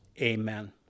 amen